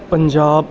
Punjab